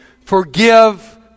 forgive